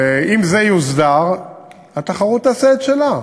ואם זה יוסדר התחרות תעשה את שלה.